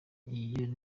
iyo